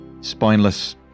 spineless